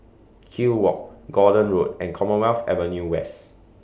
Kew Walk Gordon Road and Commonwealth Avenue West